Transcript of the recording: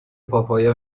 پاپایا